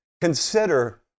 Consider